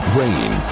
rain